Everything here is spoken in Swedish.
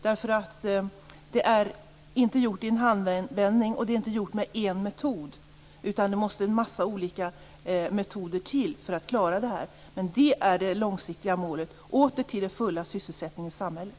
Detta är inte gjort i en handvändning, och det är inte gjort med en metod, utan det måste en massa olika metoder till för att klara det. Det är det långsiktiga målet, att vi åter skall nå den fulla sysselsättningen i samhället.